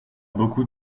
beaucoup